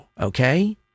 Okay